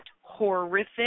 horrific